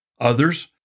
Others